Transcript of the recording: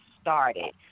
started